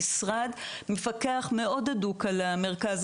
המשרד מפקח באופן מאוד הדוק על המרכז,